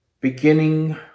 beginning